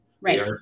Right